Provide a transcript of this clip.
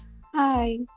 Hi